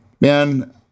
man